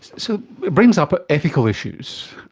so it brings up ah ethical issues.